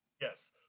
Yes